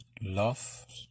love